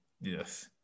Yes